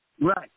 Right